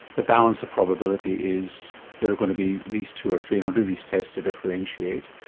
the balance of probability is they're going to be these two or three, and i'll do these tests to differentiate.